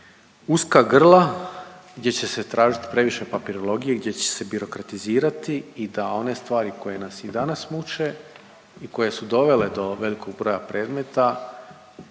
uska grla gdje će se tražit previše papirologije, gdje će se birokratizirati i da one stvari koje nas i danas muče i koje su dovele do velikog broja predmeta